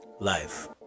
life